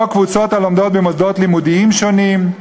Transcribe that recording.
או קבוצות הלומדות במוסדות לימודיים שונים,